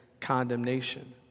condemnation